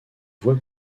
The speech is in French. voie